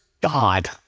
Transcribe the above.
God